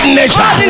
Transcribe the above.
nature